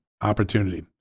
opportunity